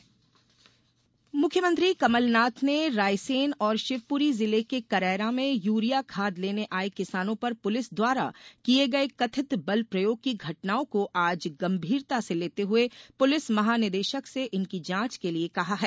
police बल प्रयोग मुख्यमंत्री कमलनाथ ने रायसेन और शिवपुरी जिले के करैरा में यूरिया खाद लेने आए किसानों पर पुलिस द्वारा किए गए कथित बलप्रयोग की घटनाओं को आज गंभीरता से लेते हुए पुलिस महानिदेशक से इनकी जांच के लिए कहा है